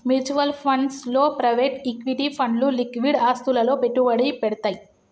mutual funds లో private equity ఫండ్లు liquid ఆస్తులలో పెట్టుబడి పెడ్తయ్